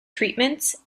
treatments